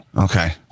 Okay